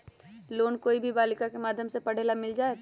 Loan कोई भी बालिका के माध्यम से पढे ला मिल जायत?